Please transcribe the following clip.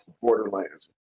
Borderlands